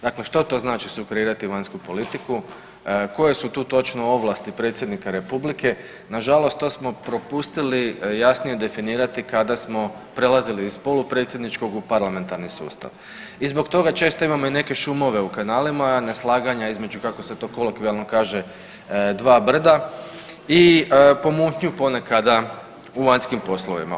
Dakle, što to znači sukreirati vanjsku politiku, koje su tu točno ovlasti predsjednika Republike, nažalost to smo propustili jasnije definirati kada smo prelazili iz polupredsjedničkog u parlamentarni sustav i zbog toga često imamo neke šumove u kanalima, neslaganja između kako se to kolokvijalno kaže dva brda i pomutnju ponekada u vanjskim poslovima.